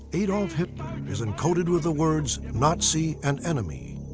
adolf hitler is encoded with the words nazi and enemy,